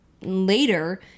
later